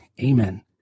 Amen